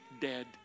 dead